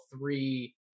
three